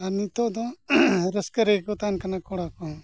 ᱟᱨ ᱱᱤᱛᱚᱜ ᱫᱚ ᱨᱟᱹᱥᱠᱟᱹ ᱨᱮᱜᱮ ᱠᱚ ᱛᱟᱦᱮᱱ ᱠᱟᱱᱟ ᱠᱚᱲᱟ ᱠᱚ